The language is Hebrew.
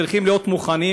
צריכים להיות מוכנים,